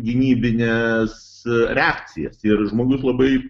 gynybines reakcijas ir žmogus labai